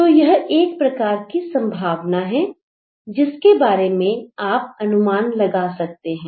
तो यह एक प्रकार की संभावना है जिसके बारे में आप अनुमान लगा सकते हैं